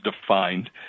defined